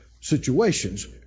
situations